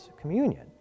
communion